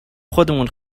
خودمون